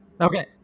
Okay